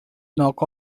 knock